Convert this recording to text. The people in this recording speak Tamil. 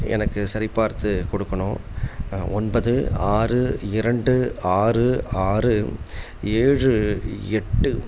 எனக்கு சரிபார்த்து கொடுக்கணும் ஒன்பது ஆறு இரண்டு ஆறு ஆறு ஏழு எட்டு